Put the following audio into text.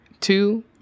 two